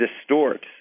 distorts